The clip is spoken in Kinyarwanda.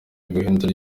guhindura